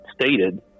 stated